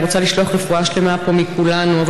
ורוצה לשלוח רפואה שלמה מכולנו פה.